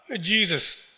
Jesus